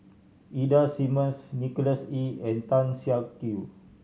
Ida Simmons Nicholas Ee and Tan Siak Kew